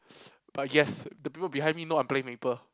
but guess the people behind me know I'm playing Maple